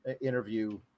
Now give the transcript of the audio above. interview